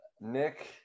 Nick